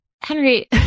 Henry